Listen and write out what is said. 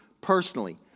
personally